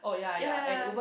ya ya ya